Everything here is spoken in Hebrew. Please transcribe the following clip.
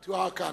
to our country.